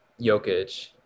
Jokic